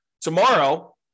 tomorrow